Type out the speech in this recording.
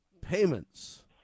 payments